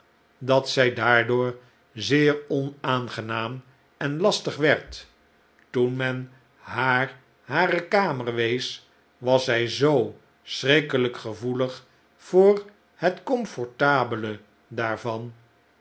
dat zij daardoor zeer onaangenaam en lastig werd toen men haar hare kamer wees was zij zoo schrikkelijk gevoelig voor het com f ortable daarvan